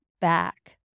back